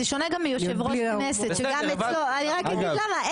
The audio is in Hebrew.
זה שונה גם מיושב-כנסת אני אגיד לך למה,